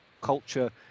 culture